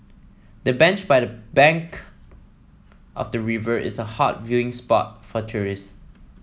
the bench by the bank of the river is a hot viewing spot for tourists